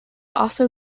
also